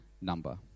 number